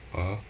(uh huh)